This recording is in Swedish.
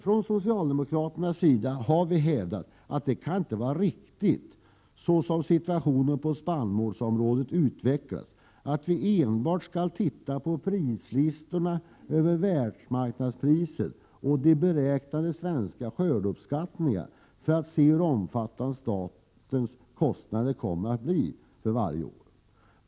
Från socialdemokraternas sida har vi hävdat att vi såsom kostnadssituationen på spannmålsområdet utvecklats inte kan enbart titta på prislistorna över världsmarknadspriserna och de svenska skördeuppskattningarna för att se hur omfattande statens kostnader kommer att bli för varje år.